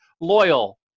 loyal